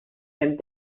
and